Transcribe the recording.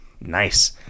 nice